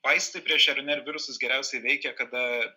vaistai prieš rnr virusus geriausiai veikia kada